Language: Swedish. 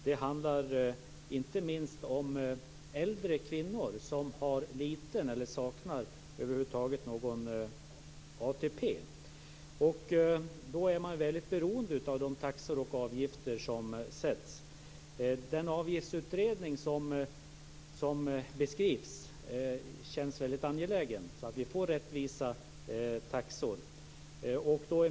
Det handlar inte minst om äldre kvinnor som har liten ATP eller helt saknar ATP. De är väldigt beroende av de taxor och avgifter som sätts. Den avgiftsutredning som beskrivs känns väldigt angelägen så att vi får rättvisa taxor.